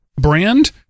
brand